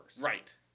Right